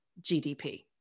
GDP